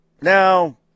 Now